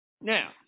now